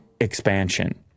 expansion